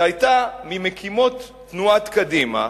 שהיתה ממקימות תנועת קדימה,